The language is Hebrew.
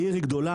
העיר היא גדולה,